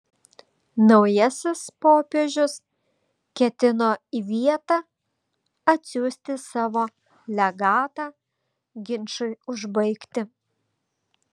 naujasis popiežius ketino į vietą atsiųsti savo legatą ginčui užbaigti